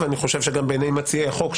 ואני חושב שגם בעיני מציעי החוק,